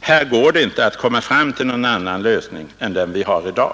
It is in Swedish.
här går det inte att komma fram till någon annan lösning än den vi har i dag.